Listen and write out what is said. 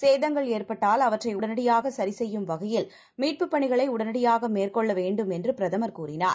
சேதங்கள்ஏற்பட்டால்அவற்றைஉடனடியாகசரிசெய்யும்வகையில்மீட்புப்ப ணிகளைஉடனடியாகமேற்கொள்ளவேண்டும்என்றுபிரதமர்கூறினார்